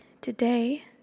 Today